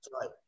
right